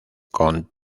con